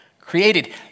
created